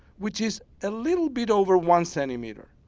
which is a little bit over one centimeter.